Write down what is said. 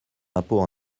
impôts